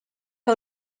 que